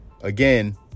again